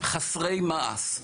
חסרי מעש.